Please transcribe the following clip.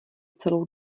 celou